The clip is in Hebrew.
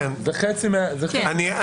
זה חצי --- בערך.